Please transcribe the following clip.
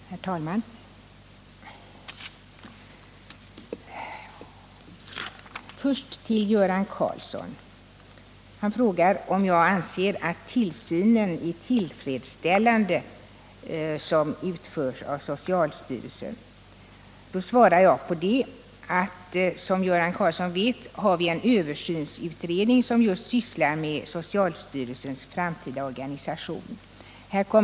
Herr talman! Först till Göran Karlssons fråga om jag anser att den tillsyn som utförs av socialstyrelsen är tillfredsställande. Som Göran Karlsson vet, pågår en översyn av socialstyrelsens framtida organisation inom socialdepartementet.